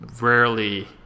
rarely